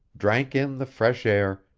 drank in the fresh air,